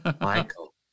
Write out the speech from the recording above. Michael